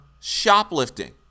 shoplifting